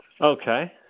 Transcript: Okay